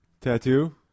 Tattoo